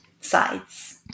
sides